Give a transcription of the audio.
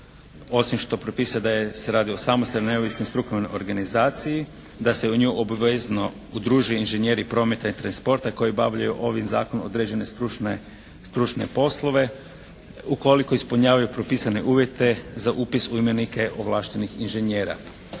osim što propisuje da je se radi o samostalnim i neovisnim strukovnoj organizaciji, da se u nju obvezno udruži inženjeri prometa i transporta koji obavljaju ovim zakonom određene stručne poslove, ukoliko ispunjavaju propisane uvjete za upis u imenike ovlaštenih inženjera.